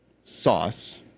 sauce